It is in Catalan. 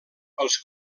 els